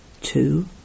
two